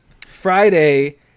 Friday